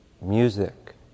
music